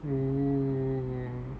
oo